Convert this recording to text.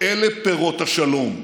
אלה פירות השלום.